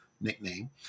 nickname